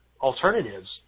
alternatives